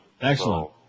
Excellent